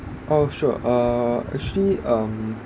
oh sure uh actually um